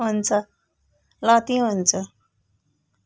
हुन्छ ल त्यहीँ हुन्छु